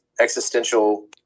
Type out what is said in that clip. existential